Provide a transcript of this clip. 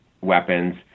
weapons